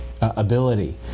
ability